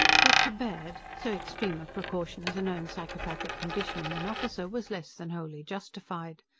but to baird, so extreme a precaution as a known psychopathic condition in an officer was less than wholly justified.